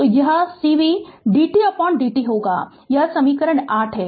तो यह cv dvdt होगा यह समीकरण 8 है